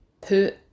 put